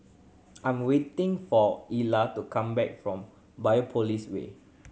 I am waiting for Illa to come back from Biopolis Way